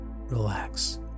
relax